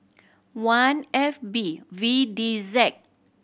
one F B V D Z